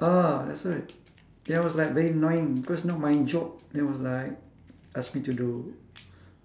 ah that's why then I was like very annoying because not my job then was like ask me to do